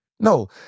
No